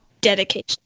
dedication